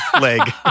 leg